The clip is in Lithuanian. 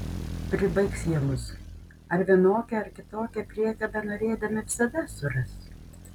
pribaigs jie mus ar vienokią ar kitokią priekabę norėdami visada suras